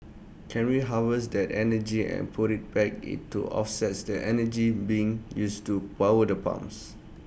can we harvest that energy and put IT back in to offset the energy being used to power the pumps